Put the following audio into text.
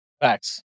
Facts